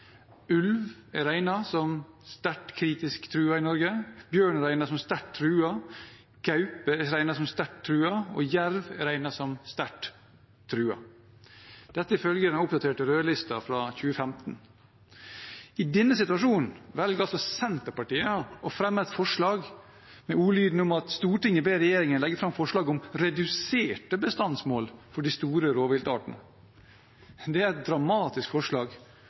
Ulv er regnet som sterkt kritisk truet i Norge, bjørn er regnet som sterkt truet, gaupe er regnet som sterkt truet, og jerv er regnet som sterkt truet – dette ifølge den oppdaterte rødlista fra 2015. I denne situasjonen velger altså Senterpartiet å fremme et forslag med ordlyden: «Stortinget ber regjeringen legge fram forslag om reduserte bestandsmål for de store rovviltartene.» Det er et dramatisk forslag